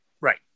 Right